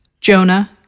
Jonah